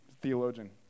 theologian